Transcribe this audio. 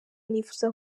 nifuza